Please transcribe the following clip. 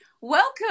welcome